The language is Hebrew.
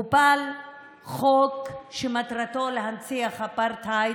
הופל חוק שמטרתו להנציח אפרטהייד,